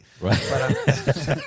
Right